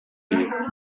humanity